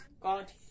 God